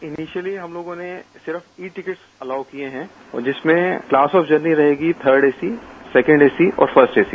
initially हम लोगों ने सिर्फ ई टिकट्स अलॉउ किए हैं जिसमें क्लास ऑफ जर्नी रहेगी थर्ड एसी सैकेंड एसी और फर्स्ट् एसी